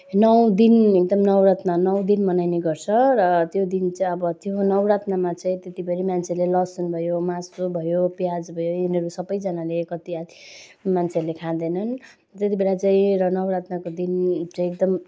नौ दिन एकदम नवरत्न नौ दिन मनाइने गर्छ र त्यो दिन चाहिँ अब त्यो नौरात्रिमा चाहिँ त्यतिभरि मान्छेले चाहिँ लसुन भयो मासु भयो प्याज भयो यिनीहरू सबजनाले कति आदिले मान्छेहरूले खाँदैनन् जति बेला चाहिँ र नौरात्रिको दिन चाहिँ एकदम